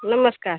नमस्कार